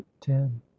ten